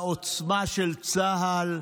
לעוצמה של צה"ל,